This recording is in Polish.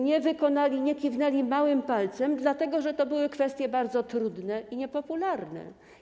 Nie wykonali, nie kiwnęli małym palcem, dlatego że to były kwestie bardzo trudne i niepopularne.